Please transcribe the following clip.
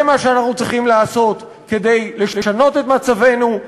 זה מה שאנחנו צריכים לעשות כדי לשנות את מצבנו,